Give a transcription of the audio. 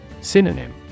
Synonym